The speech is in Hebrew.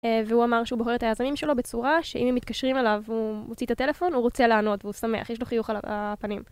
והוא אמר שהוא בוחר את היזמים שלו בצורה שאם הם מתקשרים עליו והוא מוציא את הטלפון, הוא רוצה לענות והוא שמח, יש לו חיוך על הפנים.